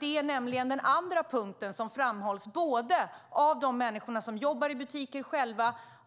Det är nämligen den andra punkten som framhålls både av de människor som själva jobbar i butik och